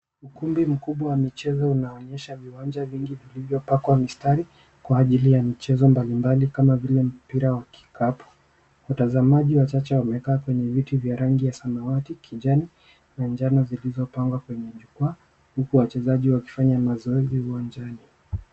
Ukumbi mkubwa wa michezo unaonyehsa viwanja vingi villivyopakwa mistari kwa ajili ya michezo mbalimbali kama vile mpira wa kikapu. Watazamaji wachache wamekaa kwenye viti vya rangi ya samawati, kijani na njano zilizopangwa kwenye jukwaa huku wachezaji wakifanya mazoezi uwanjani.